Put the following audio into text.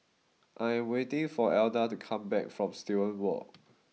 I am waiting for Elda to come back from Student Walk